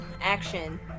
action